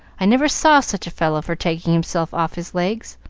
i never saw such a fellow for taking himself off his legs.